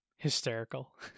Hysterical